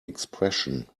expression